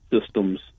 systems